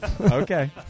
Okay